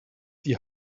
die